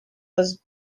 was